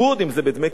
אם בדמי כיס,